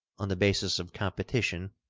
on the basis of competition,